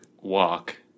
walk